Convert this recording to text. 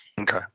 Okay